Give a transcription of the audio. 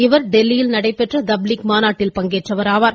இவர் தில்லியில் நடைபெற்ற தப்லீக் மாநாட்டில் பங்கேற்றவராவார்